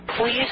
please